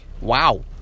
Wow